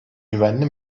güvenli